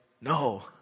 no